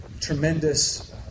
tremendous